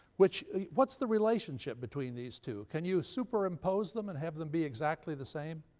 which what's the relationship between these two? can you superimpose them and have them be exactly the same?